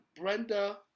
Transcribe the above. Brenda